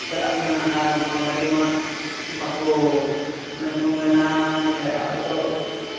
ᱪᱟᱞᱟᱜ ᱠᱟᱱᱟ ᱟᱨ ᱱᱚᱜᱼᱚᱸᱭ ᱟᱹᱰᱤ ᱢᱚᱡᱽ ᱵᱟᱠᱚ ᱚᱱᱮ ᱠᱚ ᱢᱮᱱᱟ ᱵᱚᱞᱮ ᱟᱵᱚ ᱫᱚ